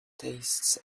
tastes